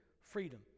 freedom